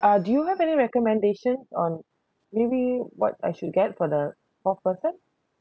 uh do you have any recommendation on maybe what I should get for the fourth person